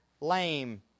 lame